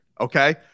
okay